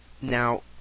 now